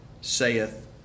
saith